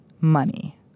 Money